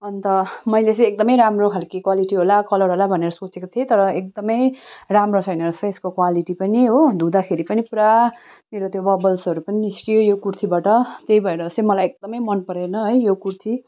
अन्त मैले चाहिँ एकदमै राम्रो खालको क्वालिटी होला कलर होला भनेर सोचेको थिएँ तर एकदमै राम्रो छैन रहेछ यसको क्वालिटी पनि हो धुँदाखेरि पनि प्रा मेरो त्यो बबल्सहरू पनि निस्कियो यो कुर्तीबाट त्यही भएर चाहिँ मलाई एकदमै मन परेन यो कुर्ती